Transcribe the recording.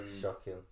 Shocking